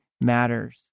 matters